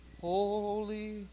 Holy